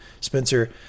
Spencer